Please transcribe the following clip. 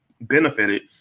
benefited